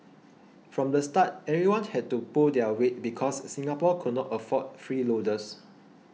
from the start everyone had to pull their weight because Singapore could not afford freeloaders